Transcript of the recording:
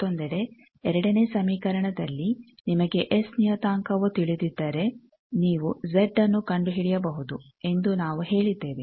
ಮತ್ತೊಂದೆಡೆ ಎರಡನೇ ಸಮೀಕರಣದಲ್ಲಿ ನಿಮಗೆ ಎಸ್ ನಿಯತಾಂಕವು ತಿಳಿದಿದ್ದರೆ ನೀವು ಜೆಡ್ನ್ನು ಕಂಡುಹಿಡಿಯಬಹುದು ಎಂದು ನಾವು ಹೇಳಿದ್ದೇವೆ